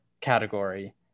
category